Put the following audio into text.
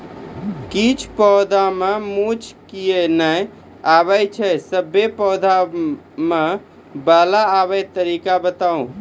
किछ पौधा मे मूँछ किये नै आबै छै, सभे पौधा मे बाल आबे तरीका बताऊ?